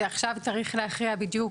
שעכשיו צריכים להכריע בה בדיוק,